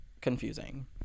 confusing